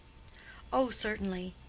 oh, certainly.